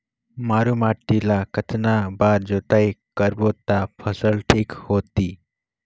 मारू माटी ला कतना बार जुताई करबो ता फसल ठीक होती?